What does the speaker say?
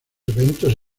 eventos